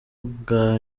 bwa